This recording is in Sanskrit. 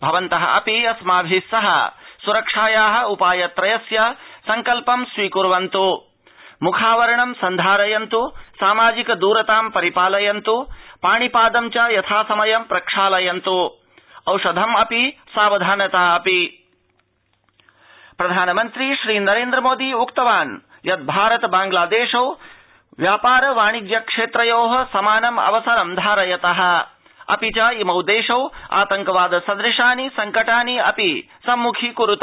भवन्तः अपिअस्माभि सहस्रक्षाया उपाय त्रयस्यसङ्कल्पंस्वीक्वन्त् म्खावरणंसन्धारयन्तु सामाजिक दूरतांपालयन्तु पाणिपादंचयथासमयंप्रक्षालयन्तु औषधम् अपि सावधानता अपि इदानींवार्ताःविशदीकृत्य भारत बांग्लादेश प्रधानमन्त्री श्रीनरेन्द्र मोदी उक्तवान् यद् भारत बांग्लादेशौ व्यापार वाणिज्य क्षेत्रयोः समानम् अवसरम् धारयतः अपि च इमौ देशौ आतंकवाद सदृशानि संकटानि अपि संम्खीकुरुतः